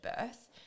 birth